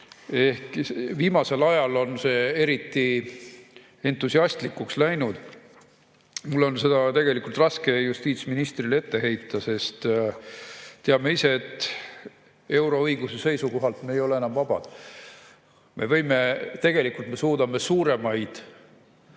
Viimasel ajal on see eriti entusiastlikuks läinud. Mul on seda tegelikult raske justiitsministrile ette heita, sest teame ise, et euroõiguse seisukohalt me ei ole enam vabad. Tegelikult me suudame suuremaid